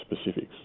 specifics